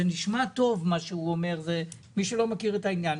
זה נשמע טוב מה שהוא אומר למי שלא מכיר את העניין.